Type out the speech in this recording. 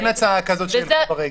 אין הצעה כזו שילכו ברגל.